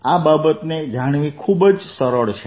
આ બાબતને જાણવી ખૂબ જ સરળ છે